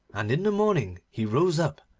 and in the morning he rose up,